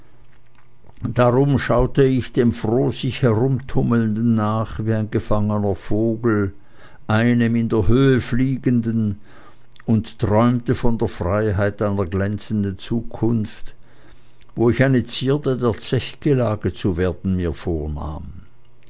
darum schaute ich dem froh sich herumtummelnden nach wie ein gefangener vogel einem in der höhe fliegenden und träumte von der freiheit einer glänzenden zukunft wo ich eine zierde der zechgelage zu werden mir vornahm